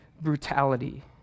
brutality